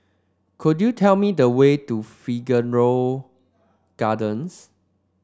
could you tell me the way to Figaro Gardens